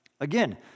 Again